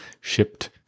shipped